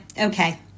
okay